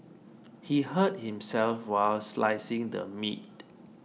he hurt himself while slicing the meat